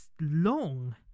long